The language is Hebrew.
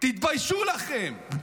תתביישו לכם.